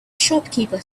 shopkeeper